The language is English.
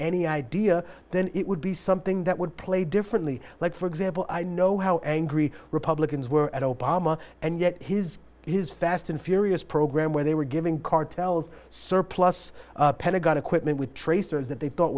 any idea then it would be something that would play differently like for example i know how angry republicans were at obama and yet his his fast and furious program where they were giving cartels surplus pentagon equipment with tracers that they